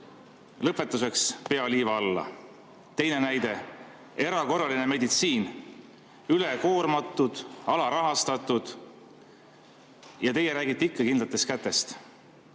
lõpetuseks pea liiva alla. Teine näide: erakorraline meditsiin on üle koormatud ja alarahastatud, teie aga räägite ikka kindlatest kätest.